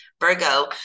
virgo